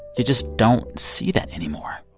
you just don't see that anymore